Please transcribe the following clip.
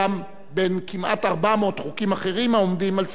בין כמעט 400 חוקים אחרים העומדים על סדר-היום,